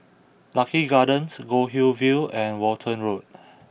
Lucky Gardens Goldhill View and Walton Road